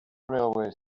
railway